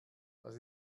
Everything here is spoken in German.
das